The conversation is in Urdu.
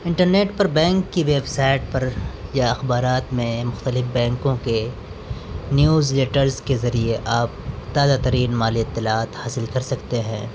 انٹرنیٹ پر بینک کی ویب سائٹ پر یا اخبارات میں مختلف بینکوں کے نیوز لیٹرس کے ذریعے آپ تازہ ترین مالی اطلاعات حاصل کر سکتے ہیں